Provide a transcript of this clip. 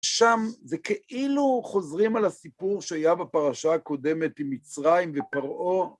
שם זה כאילו חוזרים על הסיפור שהיה בפרשה הקודמת עם מצרים ופרעה